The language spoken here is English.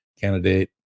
candidate